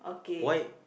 why